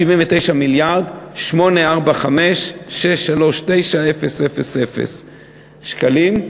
מיליארד, 279,845,639,000 שקלים.